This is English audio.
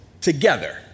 together